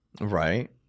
Right